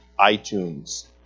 iTunes